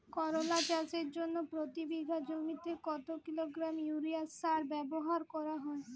করলা চাষের জন্য প্রতি বিঘা জমিতে কত কিলোগ্রাম ইউরিয়া সার ব্যবহার করা হয়?